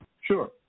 Sure